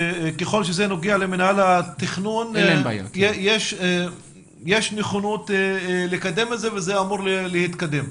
שככל שזה נוגע למנהל התכנון יש נכונות לקדם את זה וזה אמור להתקדם.